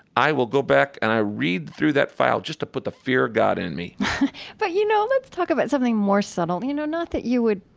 i will go back and i read through that file just to put the fear of god in me but, you know, let's talk about something more subtle, you know? not that you would,